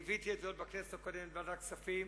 ליוויתי את זה עוד בכנסת הקודמת בוועדת הכספים.